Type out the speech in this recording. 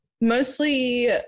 Mostly